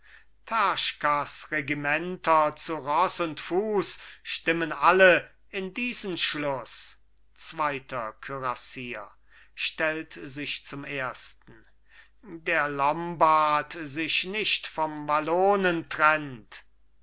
terzkas regimenter zu roß und fuß stimmen alle in diesen schluß zweiter kürassier stellt sich zum ersten der lombard sich nicht vom wallonen trennt